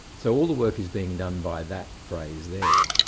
so all the work is being done by that phrase there,